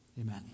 Amen